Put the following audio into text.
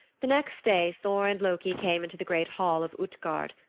the next day thor and loki came into the great hall of utgard.